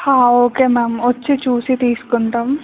okay ma'am వచ్చి చూసి తీసుకుంటాం